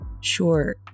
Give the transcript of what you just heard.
Sure